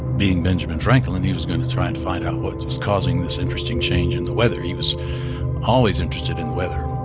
being benjamin franklin, he was going to try and find out what was causing this interesting change in the weather. he was always interested in weather.